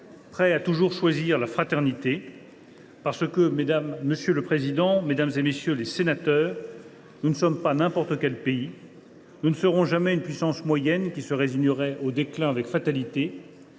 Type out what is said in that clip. prêts à toujours choisir la fraternité. « En effet, madame la présidente, mesdames, messieurs les députés, nous ne sommes pas n’importe quel pays. Nous ne serons jamais une puissance moyenne, qui se résignerait au déclin avec fatalité.